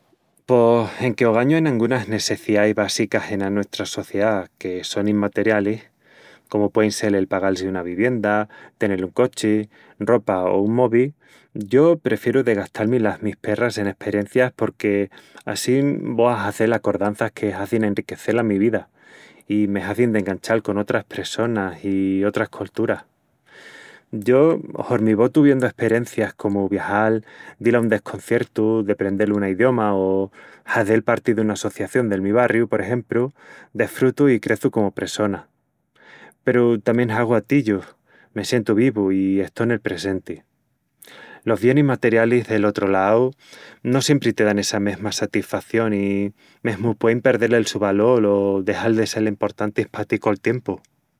Pos enque ogañu ain angunas nesseciais básicas ena nuestra sociedá que sonin materialis, comu puein sel el pagal-si una vivienda, tenel un cochi, ropa o un mobi, yo prefieru de gastalmi las mis perras en esperencias porque assín vó a hazel acordanças que hazin enriquecel la mi vida i me hazin d'enganchal con otras pressonas i otras colturas. Yo, hormi vó tuviendu esperencias comu viajal, dil a un desconciertu, deprendel una idioma o hazel parti duna associación del mi barriu, por exempru, desfrutu i creçu comu pressona,. Peru tamién hagu atillus, me sientu vivu i estó nel presenti. Los bienis materialis, del otru lau, no siempri te dan essa mesma satisfación i mesmu puein perdel el su valol o dexal de sel emportantis pa ti col tiempu...